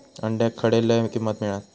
अंड्याक खडे लय किंमत मिळात?